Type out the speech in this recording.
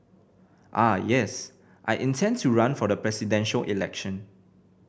ah yes I intend to run for the Presidential Election